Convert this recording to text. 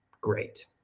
great